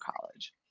college